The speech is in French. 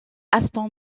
aston